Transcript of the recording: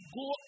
go